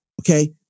okay